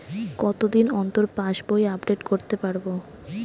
কতদিন অন্তর পাশবই আপডেট করতে পারব?